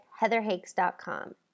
heatherhakes.com